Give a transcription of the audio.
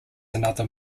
another